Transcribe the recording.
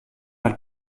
hat